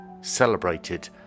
celebrated